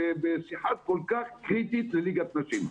כשיש שיחה כל כך קריטית לליגת הנשים?